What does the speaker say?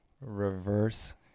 Reverse